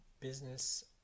business